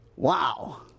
wow